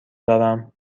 دارم